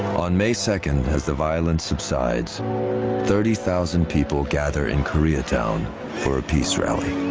on may second as the violence subsides thirty thousand people gather in koreatown for a peace rally